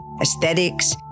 aesthetics